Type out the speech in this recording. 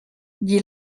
dit